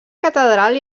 catedral